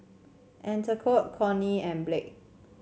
Anatole Kortney and Blake